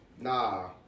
Nah